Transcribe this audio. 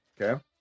Okay